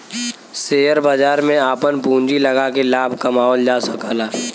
share बाजार में आपन पूँजी लगाके लाभ कमावल जा सकला